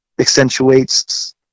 accentuates